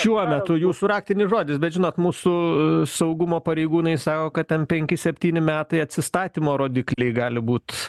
šiuo metu jūsų raktinis žodis bet žinot mūsų saugumo pareigūnai sako kad ten penki septyni metai atsistatymo rodikliai gali būt